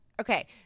Okay